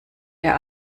der